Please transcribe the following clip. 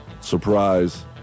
surprise